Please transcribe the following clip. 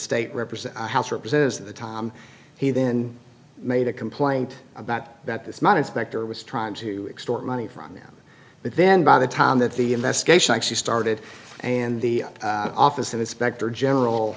state represent the house representatives of the time he then made a complaint about that this money specter was trying to extort money from them but then by the time that the investigation actually started and the office of inspector general